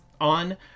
on